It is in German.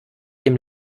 dem